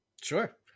Sure